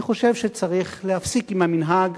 אני חושב שצריך להפסיק עם המנהג